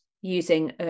using